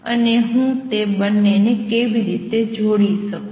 અને હું તે બંને ને કેવી રીતે જોડી શકું